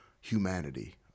humanity